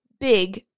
big